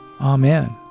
Amen